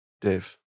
Dave